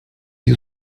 you